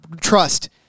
trust